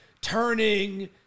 turning